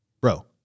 bro